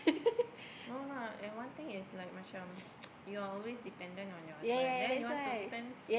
no lah and one thing is like macam) you always dependent on your husband then you want to spent